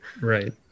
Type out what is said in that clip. Right